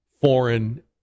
foreign